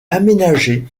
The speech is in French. aménagé